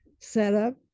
setup